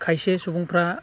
खायसे सुबुंफ्रा